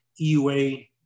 EUA